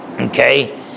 Okay